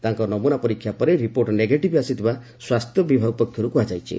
ତାଙ୍କ ନମୁନା ପରୀକ୍ଷା ପରେ ରିପୋର୍ଟ ନେଗେଟିଭ୍ ଆସିଥିବା ସ୍ୱାସ୍ଥ୍ୟ ବିଭାଗ ପକ୍ଷରୁ କୁହାଯାଇଛି